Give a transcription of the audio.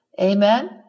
Amen